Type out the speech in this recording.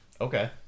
Okay